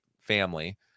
family